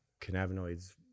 cannabinoids